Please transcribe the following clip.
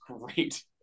great